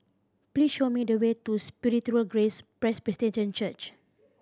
please show me the way to Spiritual Grace Presbyterian Church